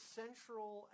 central